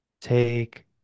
take